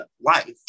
life